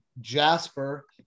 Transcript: Jasper